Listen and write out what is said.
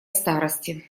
старости